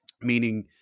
Meaning